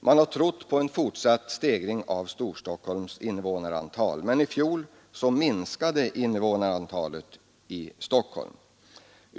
Man har trott på en fortsatt stegring av Storstockholms invånarantal, men i fjol minskade invånarantalet där.